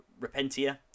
repentia